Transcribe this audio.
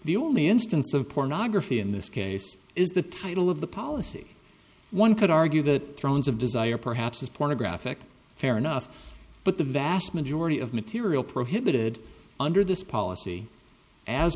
the only instance of pornography in this case is the title of the policy one could argue that drones of desire perhaps pornographic fair enough but the vast majority of material prohibited under this policy as